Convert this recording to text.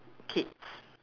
kids